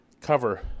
cover